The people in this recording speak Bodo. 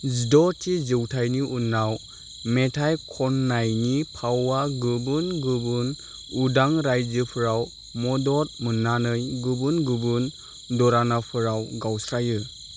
जिद' थि जौथायनि उनाव मेथाइ खननायनि फावा गुबुन गुबुन उदां रायजोफोराव मदद मोननानै गुबुन गुबुन दरानाफोराव गावस्रायो